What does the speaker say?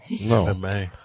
No